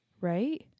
right